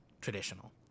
Traditional